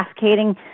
cascading